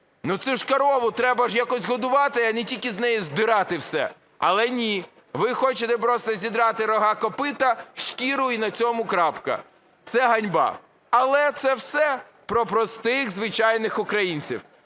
Ну цю ж корову треба якось годувати, а не тільки з неї здирати все. Але ні, ви хочете просто зідрати рога, копита, шкіру і на цьому крапка. Це ганьба. Але це все про простих звичайних українців.